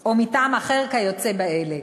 או מטעם אחר כיוצא באלה",